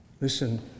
Listen